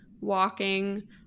walking